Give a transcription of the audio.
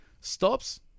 stops